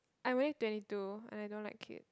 I'm already twenty two and I don't like kid